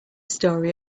story